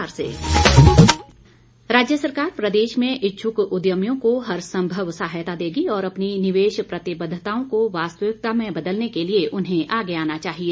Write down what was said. मुख्यमंत्री राज्य सरकार प्रदेश में इच्छुक उद्यमियों को हरसंभव सहायता देगी और अपनी निवेश प्रतिबद्धताओं को वास्तविकता में बदलने के लिए उन्हें आगे आना चाहिए